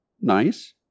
Nice